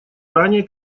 ранее